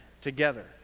together